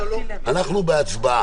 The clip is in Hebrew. אנחנו בהצבעה.